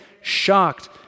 shocked